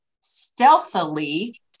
stealthily